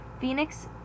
Phoenix